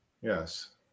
yes